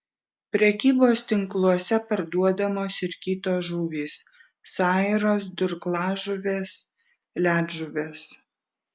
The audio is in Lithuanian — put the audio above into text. prekybos tinkluose parduodamos ir kitos žuvys sairos durklažuvės ledžuvės